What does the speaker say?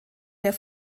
der